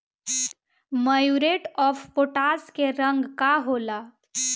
Muriate of potash के रंग का होला?